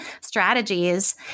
strategies